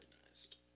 organized